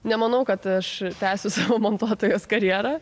nemanau kad aš tęsiu savo montuotojos karjera